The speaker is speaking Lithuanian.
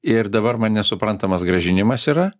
ir dabar man nesuprantamas grąžinimas yra